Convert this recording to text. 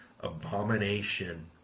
abomination